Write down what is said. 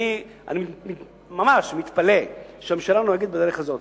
אני ממש מתפלא שהממשלה נוהגת בדרך הזאת.